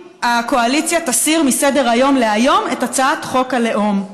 הקואליציה תסיר מסדר-היום של היום את הצעת חוק הלאום.